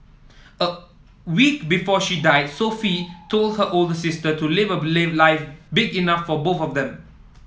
a week before she died Sophie told her older sister to live a life big enough for both of them